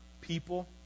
people